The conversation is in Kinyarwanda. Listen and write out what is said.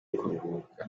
kuruhuka